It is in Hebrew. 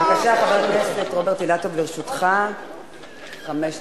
בבקשה, חבר הכנסת רוברט אילטוב, לרשותך חמש דקות.